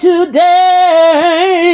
Today